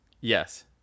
Yes